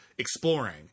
Exploring